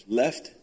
left